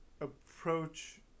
approach